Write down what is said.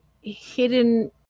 hidden